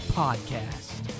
podcast